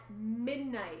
midnight